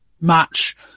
match